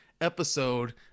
episode